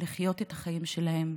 לחיות את החיים שלהם